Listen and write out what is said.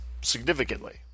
significantly